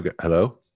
hello